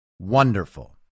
Wonderful